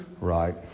Right